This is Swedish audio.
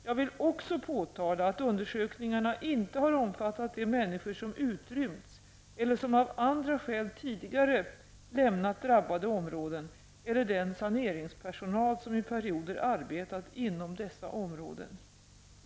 Jag vill också påtala att undersökningarna inte har omfattat de människor som utrymts eller som av andra skäl tidigare lämnat drabbade områden eller den saneringspersonal som i perioder arbetat inom dessa områden.